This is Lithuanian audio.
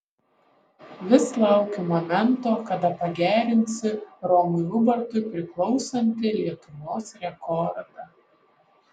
vis laukiu momento kada pagerinsi romui ubartui priklausantį lietuvos rekordą